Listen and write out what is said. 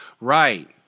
Right